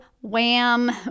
wham